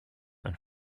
and